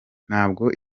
ntabwo